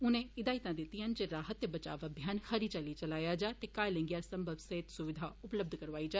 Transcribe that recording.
उनें हिदायता दितियां न जे राहत ते बचाव अभियान खरी चाल्ली चलाया ज ते घायलें गी हर संभव सेहत सुविघा उपलब्ध करौआई जा